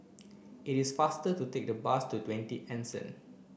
it is faster to take the bus to Twenty Anson